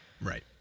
Right